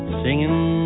singing